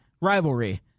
rivalry